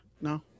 no